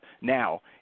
now